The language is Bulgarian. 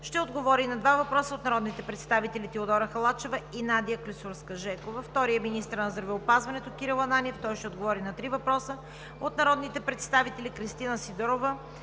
ще отговори на два въпроса от народните представители Теодора Халачева; и Надя Клисурска-Жекова. 2. Министърът на здравеопазването Кирил Ананиев ще отговори на три въпроса от народните представители Кристина Сидорова;